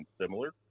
similar